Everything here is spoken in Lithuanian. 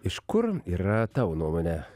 iš kur yra tavo nuomone